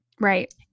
Right